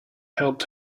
helped